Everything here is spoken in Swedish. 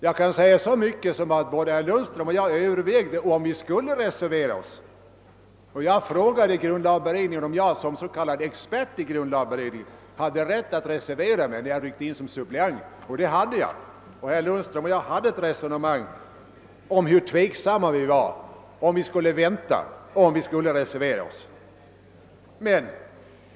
Jag vill säga att både herr Lundström och jag övervägde om vi skulle reservera oss, och jag frågade grundlagberedningen om jag som s.k. expert i beredningen hade rätt att reservera mig när jag ryckte in som suppleant för den ordinarie ledamoten. Det hade jag. Herr Lundström och jag var tveksamma om vi skulle acceptera remissyttrandet eller om vi skulle reservera oss.